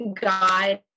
god